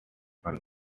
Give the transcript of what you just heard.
also